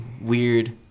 weird